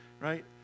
right